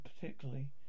particularly